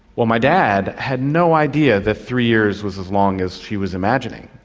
well, my dad had no idea that three years was as long as she was imagining.